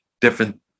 different